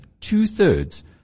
two-thirds